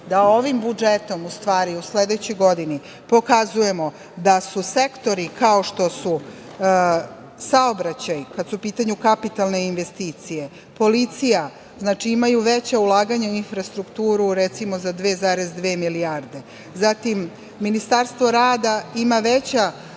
da ovim budžetom u sledećoj godini pokazujemo da su sektori kao što su saobraćaj, kada su u pitanju kapitalne investicije, policija, znači, imaju veća ulaganja u infrastrukturu, recimo za 2,2 milijarde, zatim Ministarstvo rada ima veća